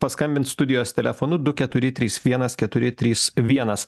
paskambint studijos telefonu du keturi trys vienas keturi trys vienas